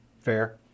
Fair